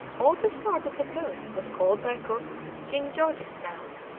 all this part of the coast was called by cook king george's sound,